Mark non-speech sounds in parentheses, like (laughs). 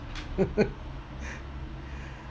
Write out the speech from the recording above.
(laughs)